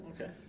Okay